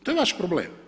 To je vaš problem.